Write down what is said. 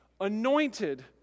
anointed